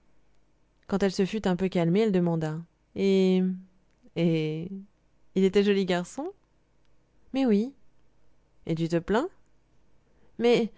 quand elle se fut un peu calmée elle demanda et et il était joli garçon mais oui et tu te plains mais mais